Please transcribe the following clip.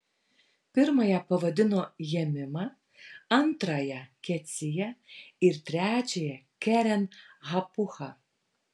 pirmąją pavadino jemima antrąją kecija ir trečiąją keren hapucha